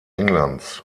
englands